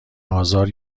آزار